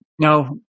No